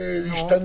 לא מבחינה